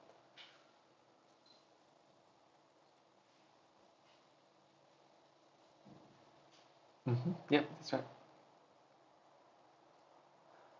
mmhmm ya that's right